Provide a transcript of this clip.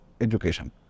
education